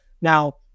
Now